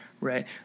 right